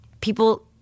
people